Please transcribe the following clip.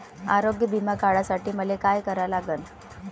आरोग्य बिमा काढासाठी मले काय करा लागन?